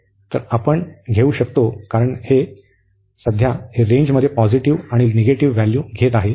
तर आपण घेऊ शकतो कारण सध्या हे रेंजमध्ये पॉझिटिव्ह आणि निगेटिव्ह व्हॅल्यू घेत आहे